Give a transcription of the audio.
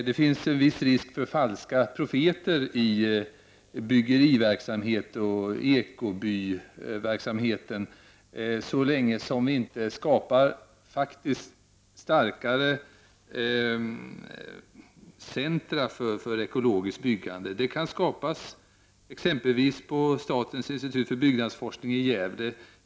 Det finns en risk för falska profeter i byggeriverksamhet och ekobyverksamhet så länge som vi inte skapar starkare centra för ekologiskt byggande. Det kan skapas på exempelvis statens institut för byggnadsforskning i Gävle.